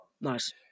Nice